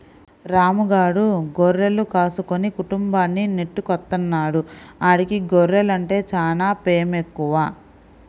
రాము గాడు గొర్రెలు కాసుకుని కుటుంబాన్ని నెట్టుకొత్తన్నాడు, ఆడికి గొర్రెలంటే చానా పేమెక్కువ